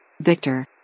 Victor